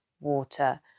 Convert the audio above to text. water